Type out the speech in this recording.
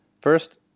First